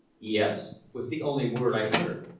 yes, was the only word i uttered.